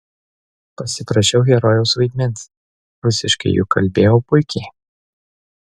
pasiprašiau herojaus vaidmens rusiškai juk kalbėjau puikiai